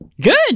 Good